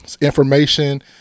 information